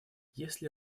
если